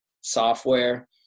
software